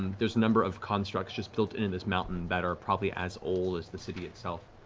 there's a number of constructs, just built into this mountain, that are probably as old as the city itself.